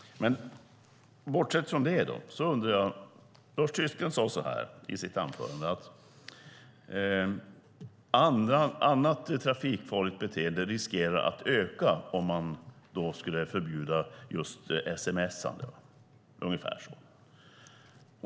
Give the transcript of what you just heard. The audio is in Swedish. Lars Tysklind sade ungefär så här i sitt anförande: Annat trafikfarligt beteende riskerar att öka om man skulle förbjuda sms:ande.